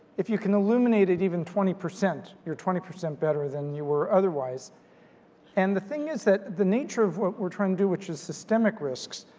if you can illuminate it even twenty, you're twenty percent better than you were otherwise and the thing is that the nature of what we're trying to do which is systemic risks,